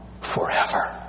forever